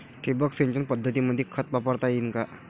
ठिबक सिंचन पद्धतीमंदी खत वापरता येईन का?